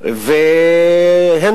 או ל-1,000